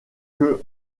que